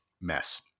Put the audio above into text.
mess